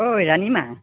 ঐ ৰাণীমা